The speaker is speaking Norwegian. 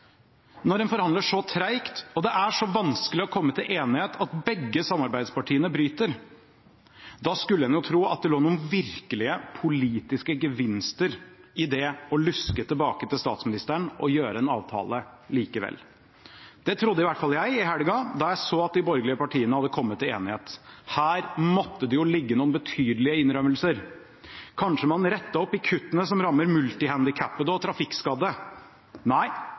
når en forhandlet så treigt og det var så vanskelig å komme til enighet at begge samarbeidspartiene brøt, da skulle en jo tro at det lå noen virkelige politiske gevinster i det å luske tilbake til statsministeren og gjøre en avtale likevel. Det trodde i hvert fall jeg i helga, da jeg så at de borgerlige partiene hadde kommet til enighet – her måtte det jo ligge noen betydelige innrømmelser. Kanskje man fikk rettet opp i kuttene som rammer multihandikappede og trafikkskadde?